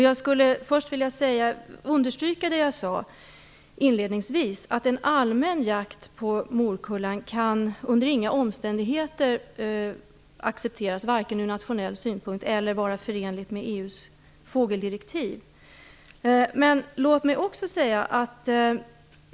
Jag vill understryka det som jag inledningsvis sade - en allmän jakt på morkulla kan under inga omständigheter accepteras. Den kan inte accepteras från nationell synpunkt och är inte heller förenlig med EU:s fågeldirektiv.